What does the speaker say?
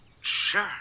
Sure